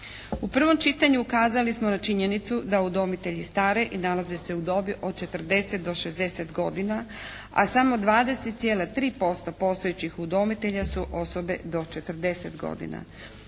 U prvom čitanju ukazali smo na činjenicu da udomitelji stare i nalaze se u dobi od 40 do 60 godina, a samo 20,3% postojećih udomitelja su osobe do 40 godina.